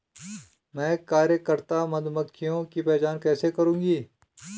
मैं कार्यकर्ता मधुमक्खियों की पहचान कैसे करूंगी?